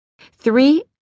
Three